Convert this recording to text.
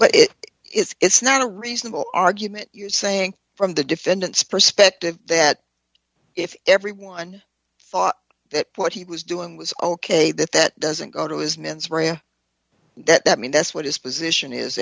but it is it's not a reasonable argument you're saying from the defendant's perspective that if everyone thought that what he was doing was ok that that doesn't go to his mens rea that that mean that's what his position is